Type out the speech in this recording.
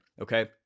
okay